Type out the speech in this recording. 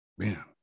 Man